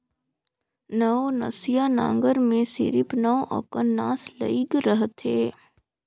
नवनसिया नांगर मे सिरिप नव अकन नास लइग रहथे